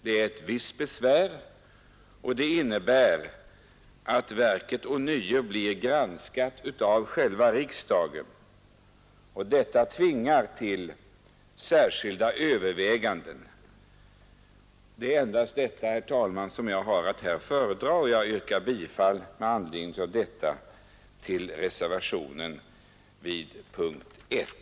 Det är ett visst besvär, och det innebär att verket ånyo blir granskat av riksdagen, vilket tvingar till särskilda överväganden. Herr talman! Det är endast detta jag har att här föredra, och jag yrkar med hänvisning härtill bifall till reservationen vid punkten 1.